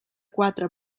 quatre